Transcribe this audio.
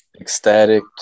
ecstatic